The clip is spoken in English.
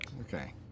Okay